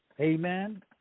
Amen